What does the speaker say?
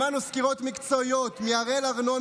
שמענו סקירות מקצועיות מהראל ארנון,